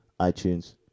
itunes